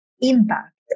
Impact